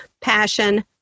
passion